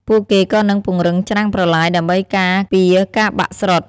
ពួកគេក៏នឹងពង្រឹងច្រាំងប្រឡាយដើម្បីការពារការបាក់ស្រុត។